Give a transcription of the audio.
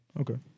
okay